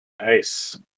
Nice